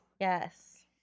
yes